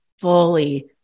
fully